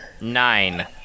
Nine